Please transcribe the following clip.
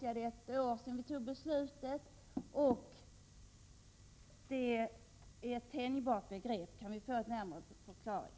Men det är ett år sedan vi tog beslutet, och ”inom kort” är ett tänjbart begrepp. Kan vi få en närmare förklaring?